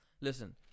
Listen